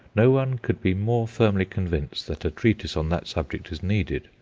no one could be more firmly convinced that a treatise on that subject is needed,